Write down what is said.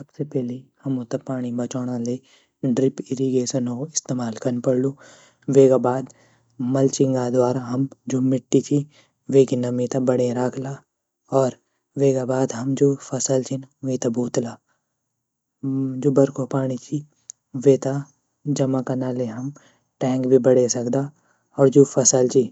सबसे पैली हमू त पाणी बचौणा ले ड्रिप इरीगेशनो इस्तेमाल कन पढ़लू वेगा बाद मलचिंगा द्वारा हम जू मिट्टी ची वेगी नमी त बणे राख़ला और वेगा बाद हम जू फसल छीन वीं त बूतला जू बरखो पाणी ची वेता जमा कना ले हम टैंक भी बणे सकदा और जू फसल ची